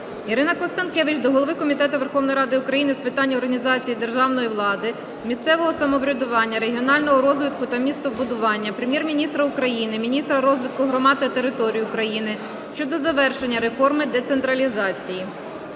Ірини Констанкевич до голови Комітету Верховної Ради України з питань організації державної влади, місцевого самоврядування, регіонального розвитку та містобудування, Прем'єр-міністра України, міністра розвитку громад і територій України щодо завершення реформи децентралізації.